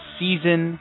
season